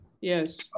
Yes